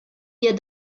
wir